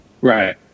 right